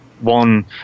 one